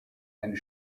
and